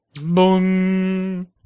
Boom